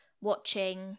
watching